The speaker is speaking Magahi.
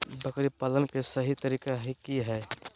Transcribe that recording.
बकरी पालन के सही तरीका की हय?